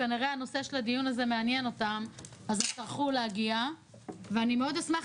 כנראה הנושא של הדיון הזה מעניין אותם אז הם טרחו להגיע ואני מאוד אשמח